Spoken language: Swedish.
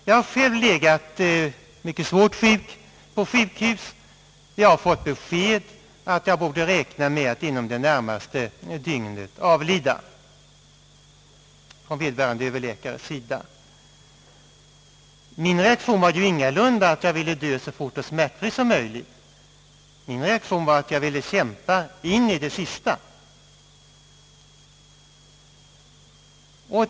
Jag har själv legat mycket svårt sjuk på sjukhus, och jag har av vederbörande överläkare fått besked att jag borde räkna med att inom det närmaste dygnet avlida. Min reaktion var ingalunda den att jag ville dö så fort och så smärtfritt som möjligt; min reaktion var att jag ville kämpa in i det sista.